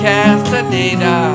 Castaneda